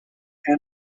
and